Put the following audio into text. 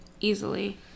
Easily